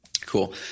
Cool